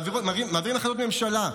מעבירים החלטות ממשלה,